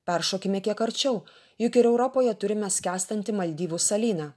peršokime kiek arčiau juk ir europoje turime skęstantį maldyvų salyną